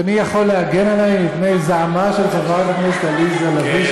אדוני יכול להגן עלי מפני זעמה של חברת הכנסת עליזה לביא,